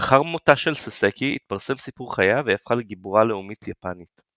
לאחר מותה של ססקי התפרסם סיפור חייה והיא הפכה לגיבורה לאומית יפנית.